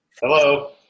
Hello